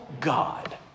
God